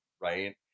Right